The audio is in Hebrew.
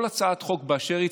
כל הצעת חוק באשר היא,